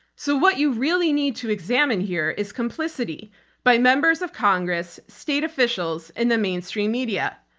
so what you really need to examine here is complicity by members of congress, state officials in the mainstream media.